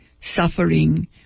suffering